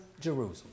Jerusalem